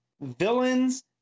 villains